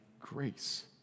grace